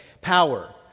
Power